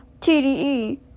TDE